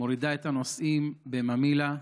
מורידה את הנוסעים בממילא.